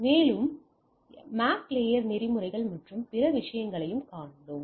மேலும் MAC layer நெறிமுறைகள் மற்றும் பிற விஷயங்களையும் கண்டோம்